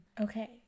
Okay